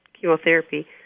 chemotherapy